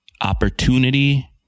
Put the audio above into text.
opportunity